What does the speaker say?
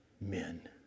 men